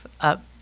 up